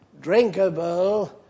drinkable